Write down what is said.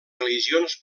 religions